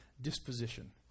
disposition